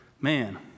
Man